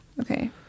okay